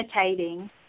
imitating